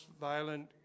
violent